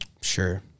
Sure